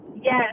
Yes